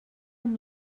amb